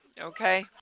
Okay